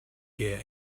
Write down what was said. gear